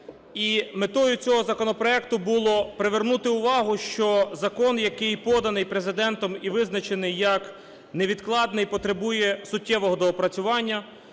метою цього законопроекту було привернути увагу, що закон, який поданий Президентом і визначений як невідкладний, потребує суттєвого доопрацювання.